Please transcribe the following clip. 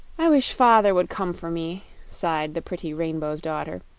i wish father would come for me, sighed the pretty rainbow's daughter,